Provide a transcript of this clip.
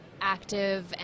active